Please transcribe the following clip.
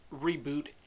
reboot